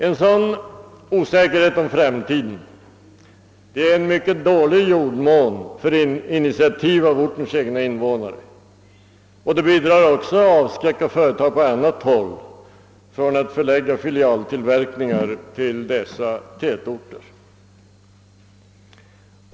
En sådan osäkerhet om framtiden är en mycket dålig jordmån för initiativ av ortens egna invånare och bidrar även till att avskräcka företag på annat håll från att förlägga filialtillverkningar till dessa tätorter.